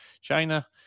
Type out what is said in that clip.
China